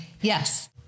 Yes